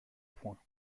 point